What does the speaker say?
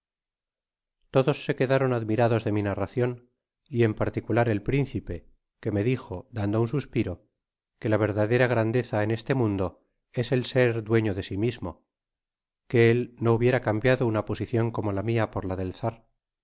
todos se qnedárott admirados de mí narracion y efl particular el prihcipe que me dijo dando un suspiro qae la verdadera grandeza en este mundo es el ser dueño de sí mismo que él no hubiera cambiado una posicion como la mia por la del